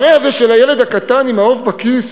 המראה הזה של הילד הקטן עם העוף בכיס,